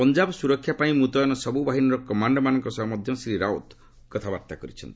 ପଞ୍ଜାବ ସୁରକ୍ଷା ପାଇଁ ମୁତୟନ ସବୁ ବାହିନୀର କମାଣ୍ଡରମାନଙ୍କ ସହ ମଧ୍ୟ ଶ୍ରୀ ରାଓ୍ୱତ କଥାବାର୍ତ୍ତା କରିଛନ୍ତି